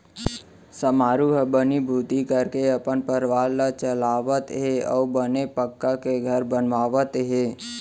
समारू ह बनीभूती करके अपन परवार ल चलावत हे अउ बने पक्की घर बनवावत हे